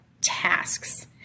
tasks